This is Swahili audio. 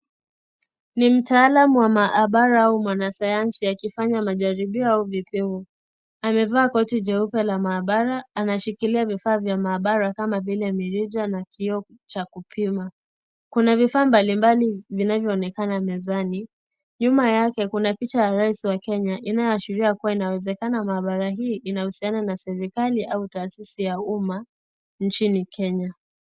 Ni mtaalam wa maabara au mwanasayansi akifanya majaribio au vipimo. Amevaa koti jeupe la maabara anashikilia vifaa vya maabara kama vile mirija na kioo cha kupima. Kuna vifaa mbalimbali vinavyoonekana mezani. Nyuma yake kuna picha ya rais wa kenya inayoashiria kwamba inawezekana maabara hii inahusiana na serikali au taasisi ya umma nchini Kenya.